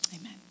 Amen